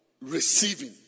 receiving